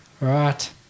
Right